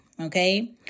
Okay